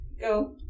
go